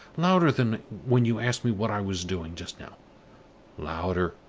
louder than when you asked me what i was doing, just now louder,